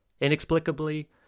Inexplicably